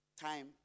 time